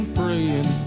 praying